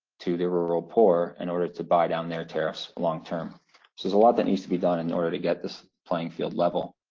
to the rural poor in order to buy down their tariffs long-term. so there's a lot that needs to be done in order to get this playing field level.